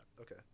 Okay